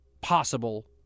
possible